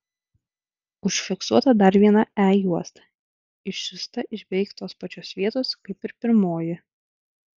užfiksuota dar viena e juosta išsiųsta iš beveik tos pačios vietos kaip ir pirmoji